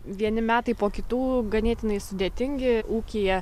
vieni metai po kitų ganėtinai sudėtingi ūkyje